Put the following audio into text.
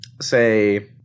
say